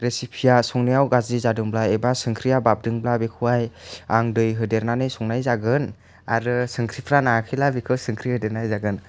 रेसिपिया संनाइयाव गाज्रि जादोंब्ला एबा संख्रिया बाबदोंब्ला बेखौहाय आं दै होदेरनानै संनाय जागोन आरो संख्रिफ्रा नाङाखैला बेखौ संख्रि होदेरनाय जागोन